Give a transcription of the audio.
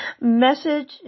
message